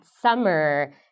summer